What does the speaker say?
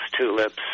tulips